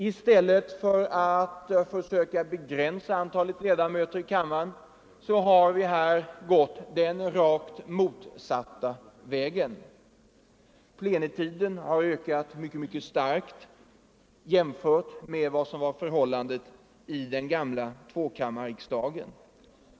I stället för att försöka begränsa antalet ledamöter i kammaren har vi gått den rakt motsatta vägen. Plenitiden har ökat mycket starkt jämfört med vad som var förhållandet i den gamla tvåkammarriksdagen.